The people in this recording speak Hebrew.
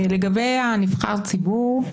לגבי נבחר הציבור,